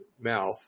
mouth